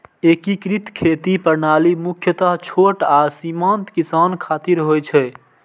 एकीकृत खेती प्रणाली मुख्यतः छोट आ सीमांत किसान खातिर होइ छै